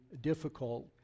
difficult